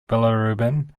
bilirubin